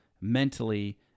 mentally